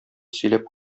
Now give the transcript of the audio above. сөйләп